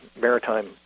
maritime